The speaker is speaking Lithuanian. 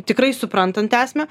tikrai suprantant esmę